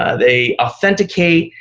ah they authenticate,